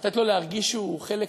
לתת לו להרגיש שהוא חלק